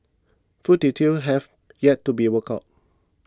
full details have yet to be worked out